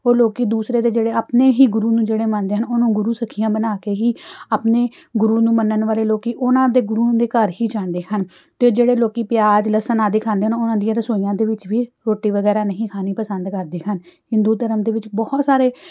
ਉਹ ਲੋਕ ਦੂਸਰੇ ਦੇ ਜਿਹੜੇ ਆਪਣੇ ਹੀ ਗੁਰੂ ਨੂੰ ਜਿਹੜੇ ਮੰਨਦੇ ਹਨ ਉਹਨੂੰ ਗੁਰੂ ਸਖੀਆਂ ਬਣਾ ਕੇ ਹੀ ਆਪਣੇ ਗੁਰੂ ਨੂੰ ਮੰਨਣ ਵਾਲੇ ਲੋਕ ਉਹਨਾਂ ਦੇ ਗੁਰੂਆਂ ਦੇ ਘਰ ਹੀ ਜਾਂਦੇ ਹਨ ਅਤੇ ਜਿਹੜੇ ਲੋਕ ਪਿਆਜ ਲਸਨ ਆਦਿ ਖਾਂਦੇ ਹਨ ਉਹਨਾਂ ਦੀਆਂ ਰਸੋਈਆਂ ਦੇ ਵਿੱਚ ਵੀ ਰੋਟੀ ਵਗੈਰਾ ਨਹੀਂ ਖਾਣੀ ਪਸੰਦ ਕਰਦੇ ਹਨ ਹਿੰਦੂ ਧਰਮ ਦੇ ਵਿੱਚ ਬਹੁਤ ਸਾਰੇ